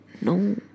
No